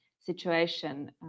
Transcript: situation